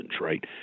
right